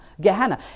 Gehenna